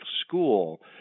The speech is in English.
school